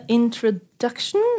introduction